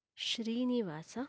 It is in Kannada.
ಶ್ರೀನಿವಾಸ